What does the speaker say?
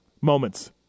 moments